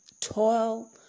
toil